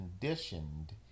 conditioned